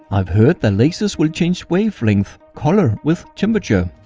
i've heard that lasers will change wavelength color with temperature.